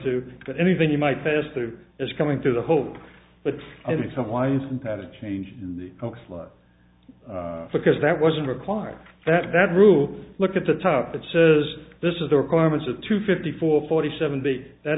to but anything you might pass through is coming through the hole but i need some winds and that a change in the slides because that wasn't required that that rule look at the top that says this is the requirements of two fifty four forty seven b that